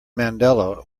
mandela